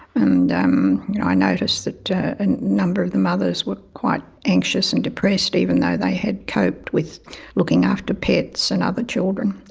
and um you know i noticed that a and number of the mothers were quite anxious and depressed, even though they had coped with looking after pets and other children.